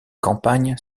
campagnes